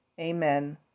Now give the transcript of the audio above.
Amen